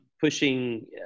pushing